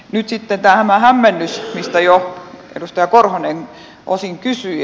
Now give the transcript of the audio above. nyt sitten tämä hämmennys mistä jo edustaja korhonen osin kysyi